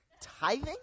Tithing